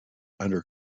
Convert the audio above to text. under